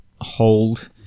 hold